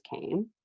came